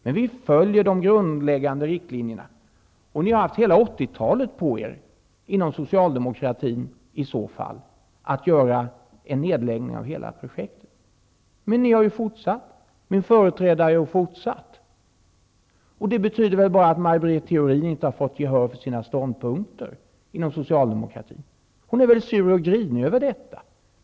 Men vi följer de grundläggande riktlinjerna. Ni har haft hela 1980-talet på er inom socialdemokratin att lägga ned hela projektet. Men min företrädare har fortsatt. Det här betyder bara att Maj Britt Theorin inte har fått gehör för sina ståndpunkter inom socialdemokratin. Hon är väl sur och grinig över det.